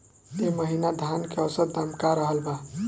एह महीना धान के औसत दाम का रहल बा?